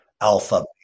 alpha